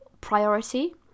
priority